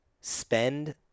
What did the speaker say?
spend